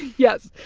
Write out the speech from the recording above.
yes.